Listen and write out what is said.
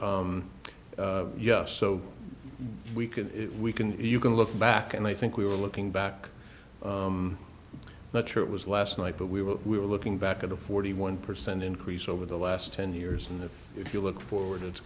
yes so we can we can you can look back and i think we were looking back not sure it was last night but we were we were looking back at a forty one percent increase over the last ten years and if you look forward it's